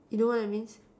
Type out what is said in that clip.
you know what I mean